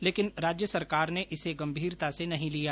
लेकिन राज्य सरकार ने इसे गंभीरता से नहीं लिया